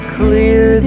clear